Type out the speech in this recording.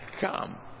Come